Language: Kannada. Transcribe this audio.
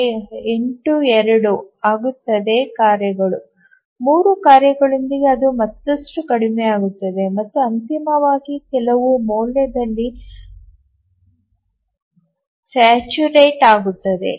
82 ಆಗುತ್ತದೆ ಕಾರ್ಯಗಳು 3 ಕಾರ್ಯಗಳೊಂದಿಗೆ ಅದು ಮತ್ತಷ್ಟು ಕಡಿಮೆಯಾಗುತ್ತದೆ ಮತ್ತು ಅಂತಿಮವಾಗಿ ಅದು ಕೆಲವು ಮೌಲ್ಯದಲ್ಲಿ ಸ್ಯಾಚುರೇಟ್ ಆಗುತ್ತದೆ